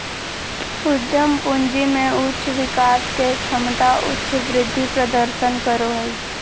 उद्यम पूंजी में उच्च विकास के क्षमता उच्च वृद्धि प्रदर्शन करो हइ